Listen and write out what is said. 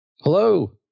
Hello